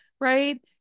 right